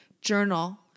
Journal